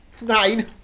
Nine